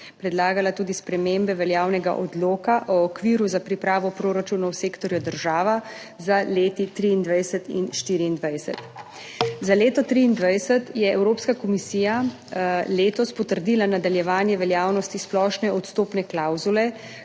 predlagala tudi spremembe veljavnega Odloka o okviru za pripravo proračunov sektorja država za leti 2023 in 2024. Za leto 2023 je Evropska komisija letos potrdila nadaljevanje veljavnosti splošne odstopne klavzule,